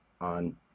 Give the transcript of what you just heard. on